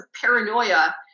paranoia